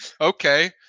okay